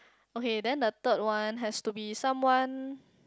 okay then the third one has to be someone